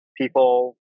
people